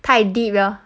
太 deep 呢